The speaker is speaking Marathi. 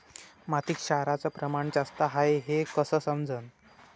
मातीत क्षाराचं प्रमान जास्त हाये हे कस समजन?